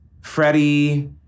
Freddie